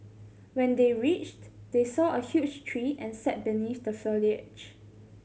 when they reached they saw a huge tree and sat beneath the foliage